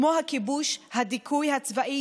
כמו הכיבוש והדיכוי הצבאי,